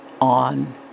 On